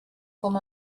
com